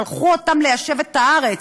שלחו אותם ליישב את הארץ,